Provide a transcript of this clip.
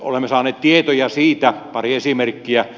olemme saaneet tietoja siitä pari esimerkkiä